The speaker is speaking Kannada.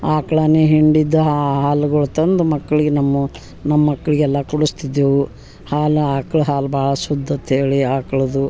ಆಕ್ಳನೆ ಹಿಂಡಿದ ಹಾಲಗುಳ ತಂದು ಮಕ್ಕಳಿಗೆ ನಮ್ಮ ನಮ್ಮ ಮಕ್ಕಳಿಗೆಲ್ಲ ಕುಡಸ್ತಿದ್ದೆವು ಹಾಲು ಆಕ್ಳು ಹಾಲು ಭಾಳ್ ಶುದ್ಧತೆ ಹೇಳಿ ಆಕ್ಳದು